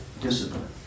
discipline